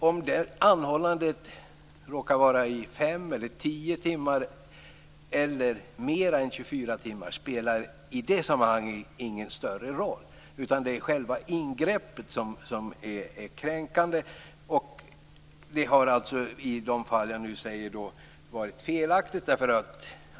Om anhållandet varar i 5, 10 eller mer än 24 timmar spelar ingen roll. Det är själva ingreppet som är kränkande. I de fall jag nämner har det varit felaktigt.